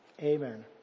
Amen